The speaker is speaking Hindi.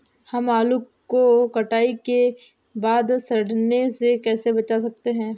हम आलू को कटाई के बाद सड़ने से कैसे बचा सकते हैं?